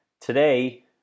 today